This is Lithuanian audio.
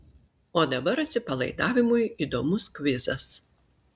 o dabar atsipalaidavimui įdomus kvizas